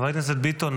חבר הכנסת ביטון,